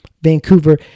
Vancouver